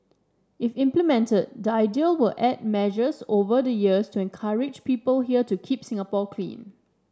if implemented the idea will add measures over the years to encourage people here to keep Singapore clean